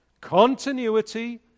Continuity